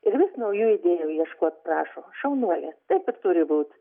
ir vis naujų idėjų ieškot prašo šaunuolė kad turi būt